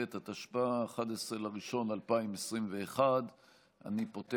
התשפ"א / 11 בינואר 2021 / 14 חוברת י"ד ישיבה